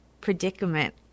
predicament